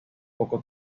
poco